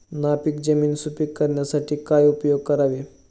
नापीक जमीन सुपीक करण्यासाठी काय उपयोग करावे?